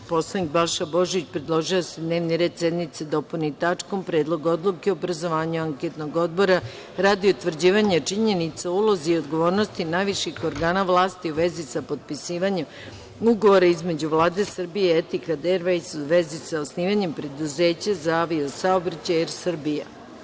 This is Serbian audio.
Narodni poslanik Balša Božović predložio je da se dnevni red sednice dopuni tačkom – Predlog odluke o obrazovanju anketnog odbora radi utvrđivanja činjenica o ulozi i odgovornosti najviših organa vlasti u vezi sa potpisivanjem ugovora između Vlade Srbije i „ETIHAD AIRWAYS“ u vezi sa osnivanjem preduzeća za avio saobraćaj „AIR SERBIA“